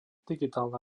digitálna